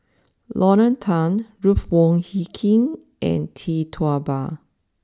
Lorna Tan Ruth Wong Hie King and Tee Tua Ba